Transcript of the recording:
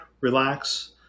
relax